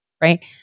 right